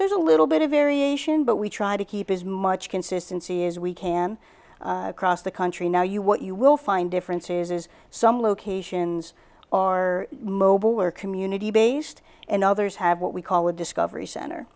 there's a little bit of variation but we try to keep as much consistency as we can cross the country now you what you will find differences is some locations are mobile or community based and others have what we call a discovery center